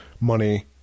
money